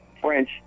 French